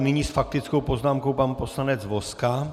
Nyní s faktickou poznámkou pan poslanec Vozka.